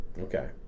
Okay